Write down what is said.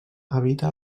habita